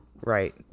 right